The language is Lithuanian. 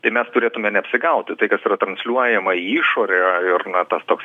tai mes turėtume neapsigauti tai kas yra transliuojama į išorę ir na tas toks